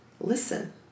listen